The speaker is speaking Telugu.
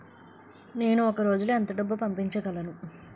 నేను ఒక రోజులో ఎంత డబ్బు పంపించగలను?